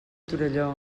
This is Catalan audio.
torelló